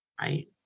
right